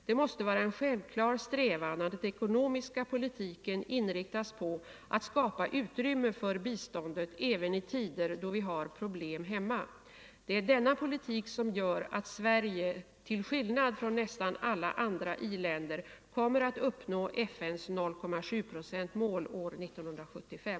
Det måste vara en självklar strävan att den ekonomiska politiken inriktas på att skapa utrymme för biståndet även i tider då vi har problem hemma. Det är denna politik som gör att Sverige — till skillnad från nästan alla andra i-länder — kommer att uppnå FN:s 0,7 procentsmål år 1975.